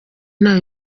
nta